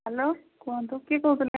hello କୁହନ୍ତୁ କିଏ କହୁଥିଲେ